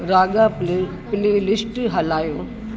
रागा play playlist हलायो